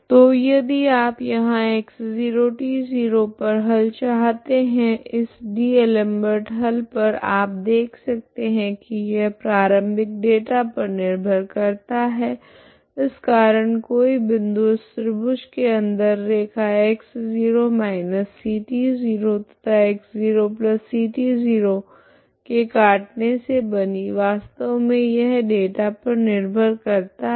तो यदि आप यहाँ x0t0 पर हल चाहते है इस डी'एलमबर्ट हल पर आप देख सकते है की यह प्रारम्भिक डेटा पर निर्भर करता है इस कारण कोई बिंदु इस त्रिभुज के अंदर रैखा x0 ct0 तथा x0ct0 के काटने से बनी वास्तव मे यह डेटा पर निर्भर करता है